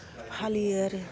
फालियो आरो